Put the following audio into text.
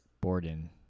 Borden